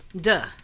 Duh